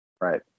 right